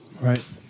Right